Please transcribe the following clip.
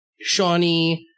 Shawnee